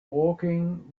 walking